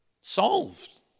solved